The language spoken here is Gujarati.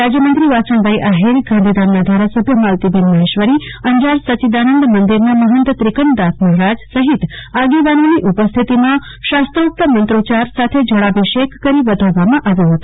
રાજયમંત્રી વાસણભાઈ આહીર ગાંધીધામના ધારાસભ્ય માલતીબેન મહેશ્વરી અંજાર સચ્ચિદાનંદ મંદિરના મહંત ત્રિકમદાસ મહારાજ સહિત આગેવાનોની ઉપસ્થિતિમાં શાસ્ત્રોક્ત મંત્રોચ્યાર સાથે જળાભિષેક કરી વધાવવામાં આવ્યો હતો